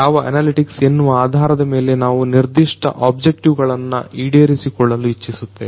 ಯಾವ ಅನಲೆಟಿಕ್ಸ್ ಎನ್ನುವ ಆಧಾರದ ಮೇಲೆ ನಾವು ನಿರ್ದಿಷ್ಟ ಆಬ್ಜೆಕ್ಟಿವ್ ಗಳನ್ನು ಈಡೇರಿಸಿಕೊಳ್ಳಲು ಇಚ್ಛಿಸುತ್ತೇವೆ